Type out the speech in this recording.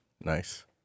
nice